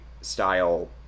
style